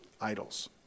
Idols